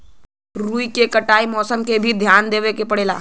रुई के कटाई में मौसम क भी धियान देवे के पड़ेला